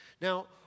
Now